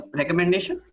recommendation